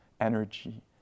energy